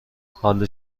حال